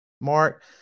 mark